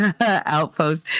Outpost